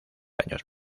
años